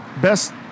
Best